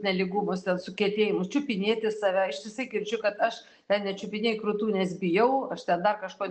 nelygumus ten sukietėjimus čiupinėti save ištisai girdžiu kad aš ten nečiupinėju krūtų nes bijau aš ten dar kažko